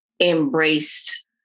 Embraced